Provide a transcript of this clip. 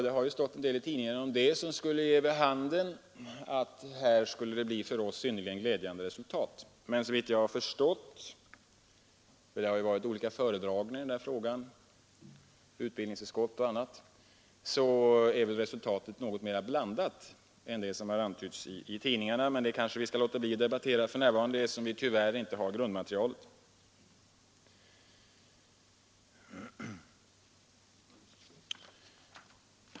Det har stått en del i tidningarna om det som skulle ge vid handen att här skulle det bli för oss synnerligen glädjande resultat, men såvitt jag har förstått — det har ju varit olika föredragningar i den frågan i utbildningsutskottet osv. — är resultatet något mera blandat än det som har antytts i tidningarna. Men det kanske vi skall låta bli att debattera för närvarande, eftersom vi tyvärr inte har grundmaterialet.